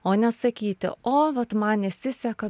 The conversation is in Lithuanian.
o ne sakyti o vat man nesiseka